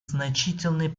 значительный